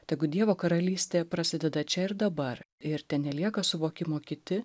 tegu dievo karalystė prasideda čia ir dabar ir tenelieka suvokimo kiti